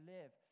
live